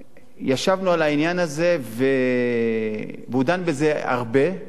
ישבנו על העניין הזה והוא דן בזה הרבה.